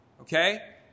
okay